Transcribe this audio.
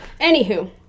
Anywho